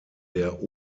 der